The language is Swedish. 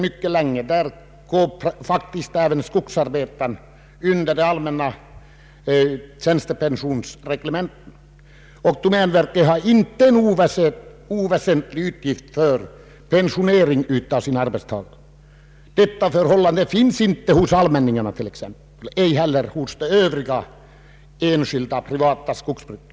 Domänverkets skogsarbetare lyder under det allmänna tjänstepensionsreglementet, och domänverket har en inte oväsentlig utgift för pensioneringen av sina arbetstagare. Sådana pensionsutgifter drabbar inte allmänningarna och inte heller det övriga privata skogsbruket.